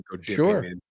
sure